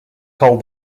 called